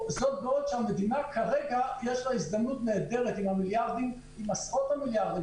זאת שיש למדינה כרגע הזדמנות נהדרת עם עשרות המיליארדים